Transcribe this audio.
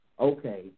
okay